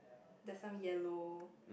there is some yellow